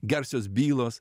gerosios bylos